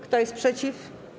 Kto jest przeciw?